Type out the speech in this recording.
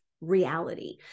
reality